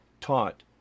taught